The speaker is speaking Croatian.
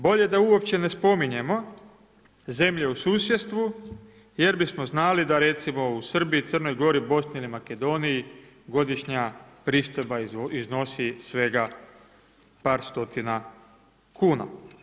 Bolje da uopće ne spominjemo zemlje u susjedstvu jer bismo znali da recimo u Srbiji, Crnoj Gori, Bosni ili Makedoniji godišnja pristojba iznosi svega par stotina kuna.